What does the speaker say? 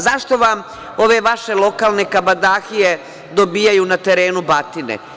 Zašto vam ove vaše lokalne kabadahije dobijaju na terenu batine?